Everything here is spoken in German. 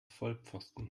vollpfosten